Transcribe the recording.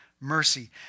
mercy